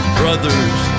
brothers